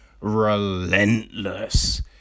relentless